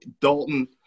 Dalton